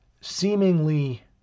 seemingly